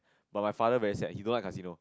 but my father very sad he don't like casino